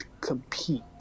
compete